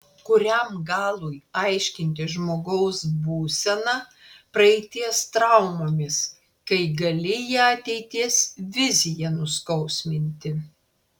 kuriam galui aiškinti žmogaus būseną praeities traumomis kai gali ją ateities vizija nuskausminti